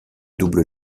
double